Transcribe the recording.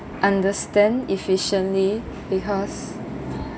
understand efficiently because